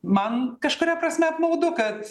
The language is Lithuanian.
man kažkuria prasme apmaudu kad